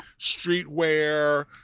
streetwear